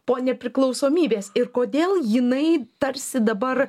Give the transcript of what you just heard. po nepriklausomybės ir kodėl jinai tarsi dabar